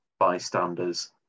Bystanders